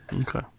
Okay